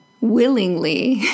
willingly